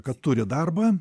kad turi darbą